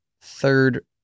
third